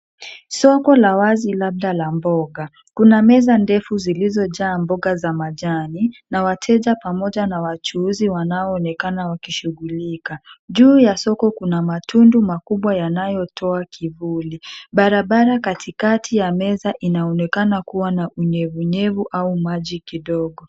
Soko la wazi labda la mboga. Kuna meza ndefu zilizojaa mboga za majani na wateja pamoja na wachuuzi wanaoonekana wakishughulika. Juu ya soko kuna matundu makubwa yanayotoa kivuli. Barabara katikati ya meza inaonekana kuwa na unyevunyevu au maji kidogo.